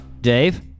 Dave